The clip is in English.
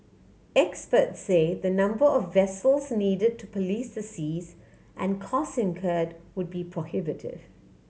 experts say the number of vessels needed to police the seas and cost incurred would be prohibitive